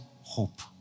hope